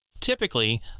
Typically